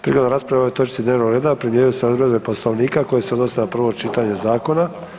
Prigodom rasprave o ovoj točki dnevnog reda primjenjuju se odredbe Poslovnika koje se odnose na prvo čitanje zakona.